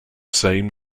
same